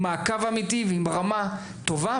עם מעקב אמיתי ועם רמה טובה,